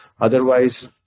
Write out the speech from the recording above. Otherwise